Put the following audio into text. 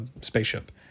spaceship